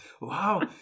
Wow